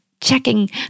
checking